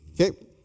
Okay